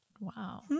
Wow